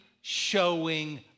showing